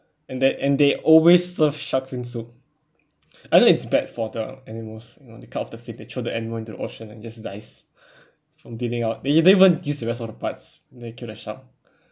and that and they always serve shark's fin soup I know it's bad for the animals you know they cut off the fin they throw the animal into the ocean and just dies from bleeding out they don't even use the rest of the parts they kill the shark